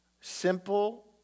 simple